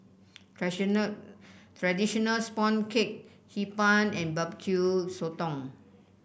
traditional sponge cake Hee Pan and Barbecue Sotong